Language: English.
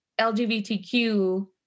LGBTQ